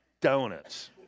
donuts